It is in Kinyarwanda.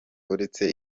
uretse